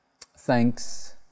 thanks